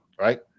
Right